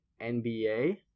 NBA